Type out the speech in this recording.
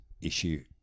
issue